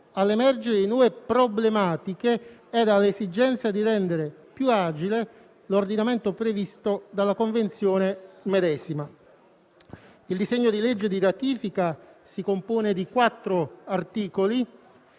all'emergere di nuove problematiche e all'esigenza di rendere più agile l'ordinamento previsto dalla Convenzione medesima. Il disegno di legge di ratifica si compone di quattro articoli.